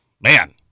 man